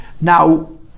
Now